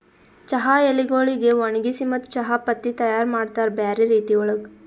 ಚಹಾ ಎಲಿಗೊಳಿಗ್ ಒಣಗಿಸಿ ಮತ್ತ ಚಹಾ ಪತ್ತಿ ತೈಯಾರ್ ಮಾಡ್ತಾರ್ ಬ್ಯಾರೆ ರೀತಿ ಒಳಗ್